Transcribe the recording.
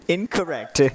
Incorrect